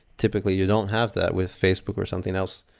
typically, you don't have that with facebook or something else,